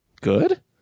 Good